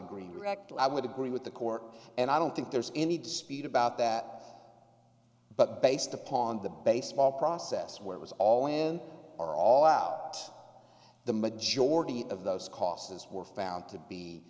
agree rectal i would agree with the court and i don't think there's any dispute about that but based upon the baseball process where it was all in or all out the majority of those costs were found to be